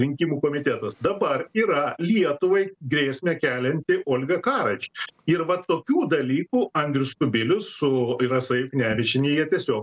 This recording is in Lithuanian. rinkimų komitetas dabar yra lietuvai grėsmę kelianti olga karač ir vat tokių dalykų andrius kubilius su ir rasa juknevičienė jie tiesiog